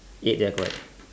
eight ya correct